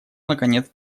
наконец